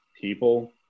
people